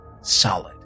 Solid